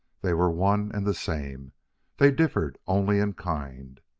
they were one and the same they differed only in kind.